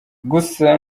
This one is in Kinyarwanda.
gusa